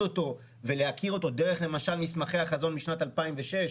אותו ולהכיר אותו דרך למשל מסמכי החזון משנת 2006,